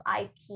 IP